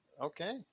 Okay